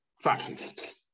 fascists